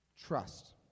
Trust